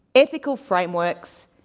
ethical frameworks,